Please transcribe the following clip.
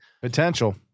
Potential